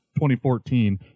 2014